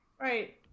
right